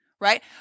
Right